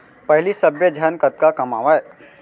पहिली सब्बे झन कतका कमावयँ